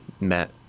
met